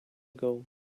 ago